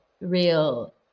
real